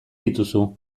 dituzu